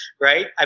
right